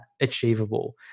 achievable